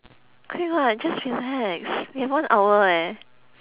okay lah just relax we have one hour eh